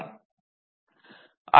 Fxyz x y